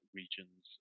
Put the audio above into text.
regions